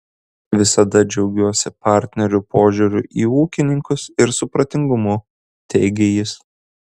visada džiaugiuosi partnerių požiūriu į ūkininkus ir supratingumu teigė jis